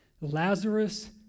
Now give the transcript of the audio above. Lazarus